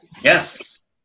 Yes